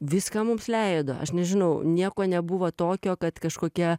viską mums leido aš nežinau nieko nebuvo tokio kad kažkokie